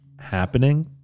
happening